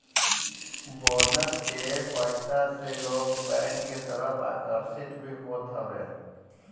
bonus के पईसा से लोग बैंक के तरफ आकर्षित भी होत हवे